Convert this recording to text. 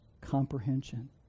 comprehension